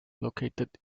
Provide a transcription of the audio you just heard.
located